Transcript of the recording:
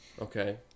Okay